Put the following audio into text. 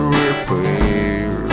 repair